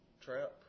trap